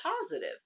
positive